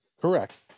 Correct